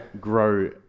grow